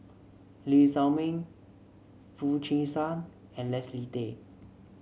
Lee Shao Meng Foo Chee San and Leslie Tay